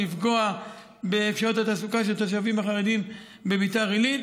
לפגוע באפשרויות התעסוקה של התושבים החרדים בביתר עילית.